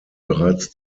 bereits